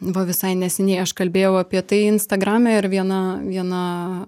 va visai neseniai aš kalbėjau apie tai instagrame ir viena viena